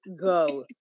go